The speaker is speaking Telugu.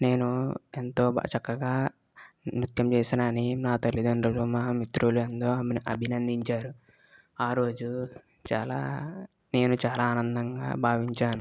నేను ఎంతో చక్కగా నృత్యం చేశాను అని నా తల్లిదండ్రులు మా మిత్రులు ఎంతో అభినందించారు ఆ రోజు చాలా నేను చాలా ఆనందంగా భావించాను